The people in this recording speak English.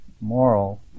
moral